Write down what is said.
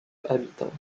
habitants